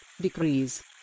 decrease